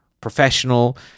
professional